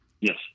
Yes